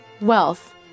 Wealth